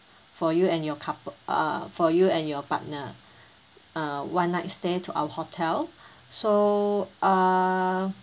for you and your coup~ err for you and your partner uh one night stay to our hotel so err